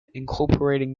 incorporating